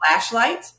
flashlight